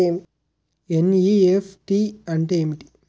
NEFT అంటే ఏమిటి?